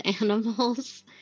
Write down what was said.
animals